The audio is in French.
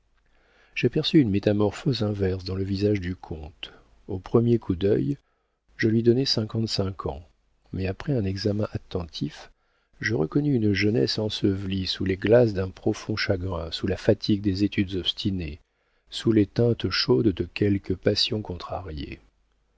j'aperçus une métamorphose inverse dans le visage du comte au premier coup d'œil je lui donnai cinquante-cinq ans mais après un examen attentif je reconnus une jeunesse ensevelie sous les glaces d'un profond chagrin sous la fatigue des études obstinées sous les teintes chaudes de quelque passion contrariée